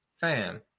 fam